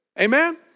Amen